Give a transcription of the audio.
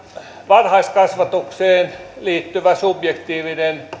varhaiskasvatukseen liittyvä subjektiivinen